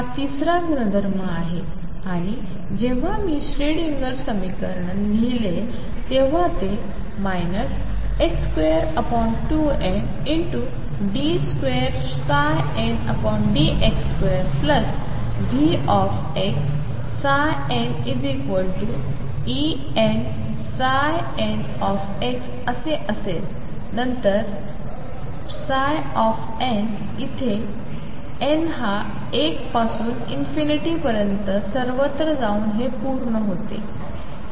हा तिसरा गुणधर्म आहे आणि जेव्हा मी श्रिडिंगर समीकरण लिहिलं तेव्हा ते 22md2ndx2VxnEnn असे असेल नंतर ψ n जेथे n हा १ पासून∞ पर्यंत सर्वत्र जाऊन हे पूर्ण होते